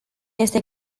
este